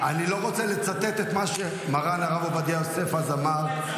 אני לא רוצה לצטט את מה שמרן הרב עובדיה יוסף אז אמר.